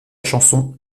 chanson